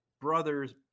brother's